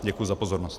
Děkuji za pozornost.